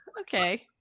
okay